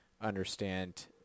understand